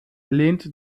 lehnt